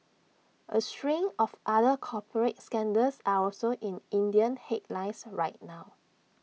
A string of other corporate scandals are also in Indian headlines right now